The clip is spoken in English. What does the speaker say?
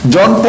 John